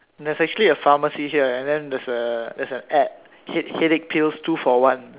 there's actually a pharmacy here then there is a there is a ad head headache pills two for one